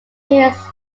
his